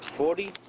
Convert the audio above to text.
forty,